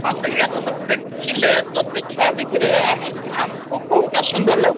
ହଁ ସେୟା ତ ସବୁ ଦେଖିଲେ ତ ଦେଖିବା ଭିତରେ ଆମେ ଆମକୁ କେଉଁଟା ସୁନ୍ଦର ଲାଗୁଛି